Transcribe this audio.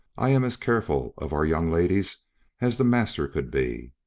i am as careful of our young ladies as the master could be,